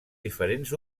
diferents